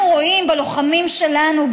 אנחנו רואים בלוחמים שלנו,